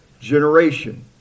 generation